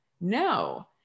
no